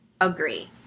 agree